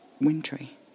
wintry